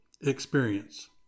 experience